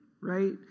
right